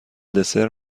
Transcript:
دسر